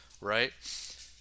right